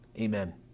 Amen